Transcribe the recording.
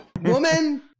Woman